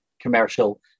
commercial